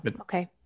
Okay